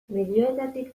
medioetatik